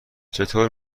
چطور